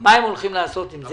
מה הם הולכים לעשות עם זה.